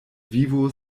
vivo